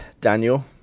Daniel